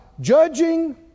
Judging